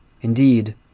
indeed